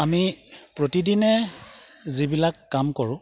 আমি প্ৰতিদিনে যিবিলাক কাম কৰো